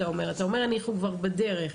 אתה אומר שאתם בדרך.